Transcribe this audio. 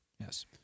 Yes